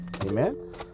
Amen